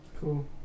cool